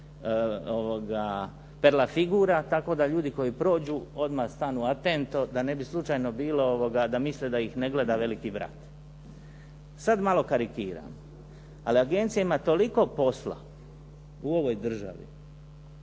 se ne razumije./… tako da ljudi koji prođu odmah stanu …/Govornik se ne razumije./… da ne bi slučajno bilo da ne misle da ih ne gleda veliki brat. Sada malo karikiram, ali agencija ima toliko posla u ovoj državi